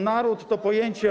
Naród to pojęcie.